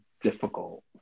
difficult